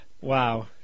Wow